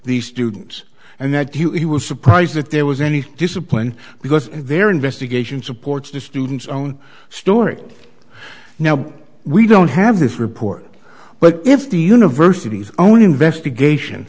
these students and that he was surprised that there was any discipline because their investigation supports the student's own story now we don't have this report but if the university's own investigation